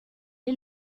est